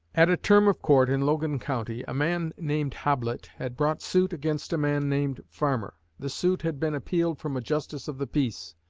at a term of court in logan county, a man named hoblit had brought suit against a man named farmer. the suit had been appealed from a justice of the peace,